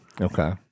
Okay